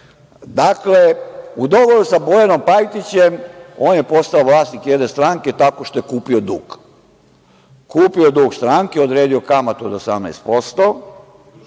većine. Dakle, u dogovoru sa Bojanom Pajtićem on je postao vlasnik jedne stranke tako što je kupio dug, kupio dug stranke, odredio kamatu od 18%,